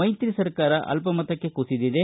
ಮೈತ್ರಿ ಸರ್ಕಾರ ಅಲ್ಲ ಮತಕ್ಕೆ ಕುಸಿದಿದೆ